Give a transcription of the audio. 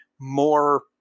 more